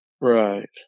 Right